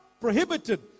prohibited